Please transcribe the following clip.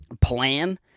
Plan